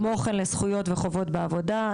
כמו כן לזכויות וחובות בעבודה.